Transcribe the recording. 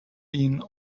been